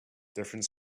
different